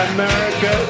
America